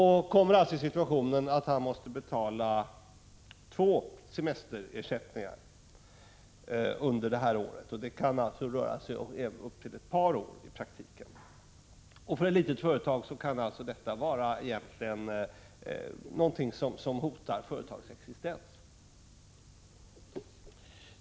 Han kommer alltså i den situationen, att han tvingas betala två semesterersättningar under det ifrågavarande året — ja, det kan i praktiken röra sig om upp till ett par år. För ett litet företag kan detta vara någonting som hotar företagets existens.